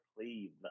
please